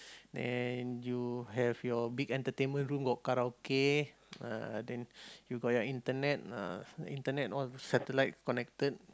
then you have your big entertainment room got karaoke uh then you got your internet uh internet all satellite connected